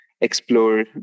explore